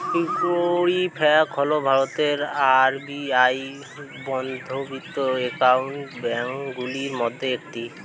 Equifax হল ভারতের RBI নিবন্ধিত ক্রেডিট ব্যুরোগুলির মধ্যে একটি